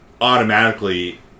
automatically